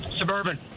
Suburban